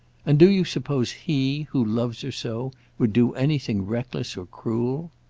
and do you suppose he who loves her so would do anything reckless or cruel?